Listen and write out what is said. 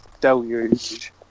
deluge